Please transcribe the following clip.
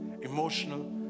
emotional